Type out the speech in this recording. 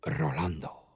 Rolando